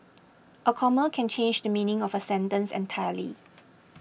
a comma can change the meaning of a sentence entirely